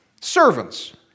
Servants